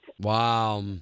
Wow